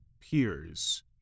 peers